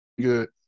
good